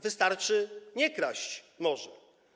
Wystarczy nie kraść - może.